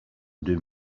deux